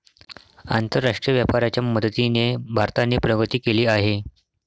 आंतरराष्ट्रीय व्यापाराच्या मदतीने भारताने प्रगती केली आहे